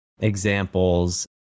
examples